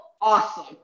Awesome